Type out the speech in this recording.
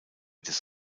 des